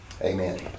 Amen